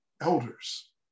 elders